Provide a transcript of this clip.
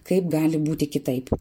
kaip gali būti kitaip